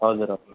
हजुर हजुर